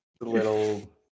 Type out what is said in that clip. little